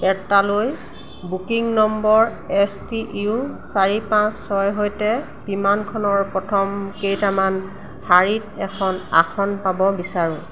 পেট্টালৈ booking number S T U চাৰি পাঁচ ছয়ৰ সৈতে বিমানখনৰ প্ৰথম কেইটামান শাৰীত এখন আসন পাব বিচাৰোঁ